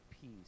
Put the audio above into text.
peace